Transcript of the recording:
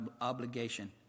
obligation